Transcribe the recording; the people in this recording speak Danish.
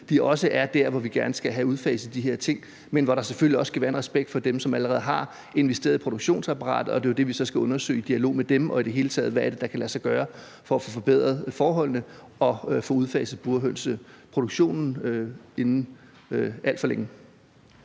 er der, hvor vi gerne skal have udfaset de her ting, men hvor der selvfølgelig også skal være en respekt for dem, som allerede har investeret i et produktionsapparat, og det er jo så det, vi skal undersøge i en dialog med dem, og vi skal undersøge, hvad der i det hele taget kan lade sig gøre for at få forbedret forholdene og få udfaset burhønseproduktionen inden alt for længe.